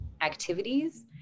activities